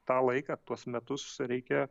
tą laiką tuos metus reikia